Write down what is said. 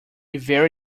very